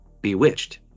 Bewitched